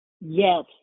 Yes